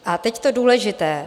A teď to důležité.